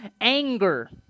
anger